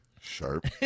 Sharp